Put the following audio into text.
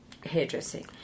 hairdressing